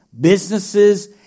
businesses